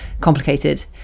complicated